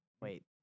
wait